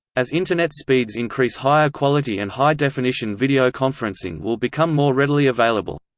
as internet speeds increase higher quality and high definition video conferencing will become more readily available.